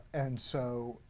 and so,